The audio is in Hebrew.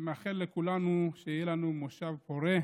אני מאחל לכולנו שיהיה לנו מושב פורה,